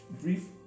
brief